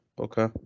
okay